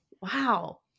Wow